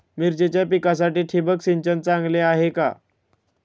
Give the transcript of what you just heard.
मिरचीच्या पिकासाठी ठिबक सिंचन चांगले आहे का?